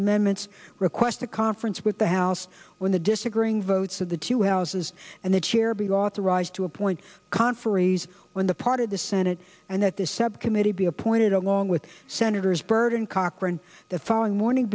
amendment request a conference with the house when the disagreeing votes of the two houses and the chair be authorized to appoint conferees when the part of the senate and that the subcommittee be appointed along with senators burton cochran the following morning